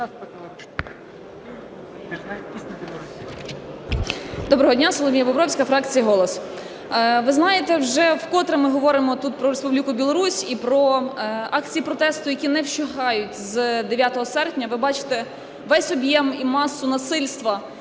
Доброго дня, Соломія Бобровська, фракція "Голос". Ви знаєте, вже вкотре ми говоримо тут про Республіку Білорусь і про акції протесту, які не вщухають з 9 серпня. Ви бачите весь об'єм і масу насильства